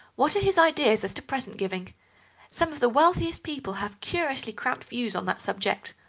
what are his ideas as to present-giving? some of the wealthiest people have curiously cramped views on that subject.